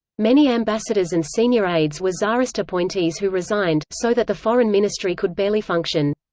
many ambassadors and senior aides were tsarist appointees who resigned, so that the foreign ministry could barely function.